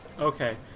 Okay